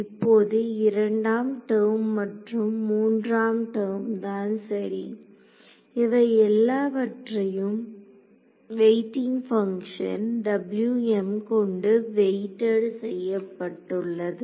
இப்போது இரண்டாம் டெர்ம் மற்றும் மூன்றாம் டெர்ம் தான் சரி இவை எல்லாவற்றையும் வெயிட்டிங் பங்க்ஷன் கொண்டு வெயிட்டட் செய்யப்பட்டுள்ளது